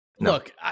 look